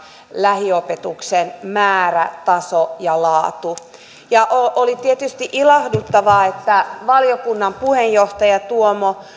lähiopetuksen määrä taso ja laatu oli tietysti ilahduttavaa että valiokunnan puheenjohtaja tuomo